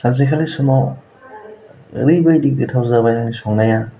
सानसेखालि समाव ओरैबादि गोथाव जाबाय आं संनाया